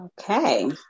Okay